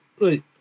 right